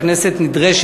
של חבר הכנסת יריב לוין,